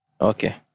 Okay